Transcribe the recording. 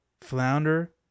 Flounder